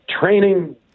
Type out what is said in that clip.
training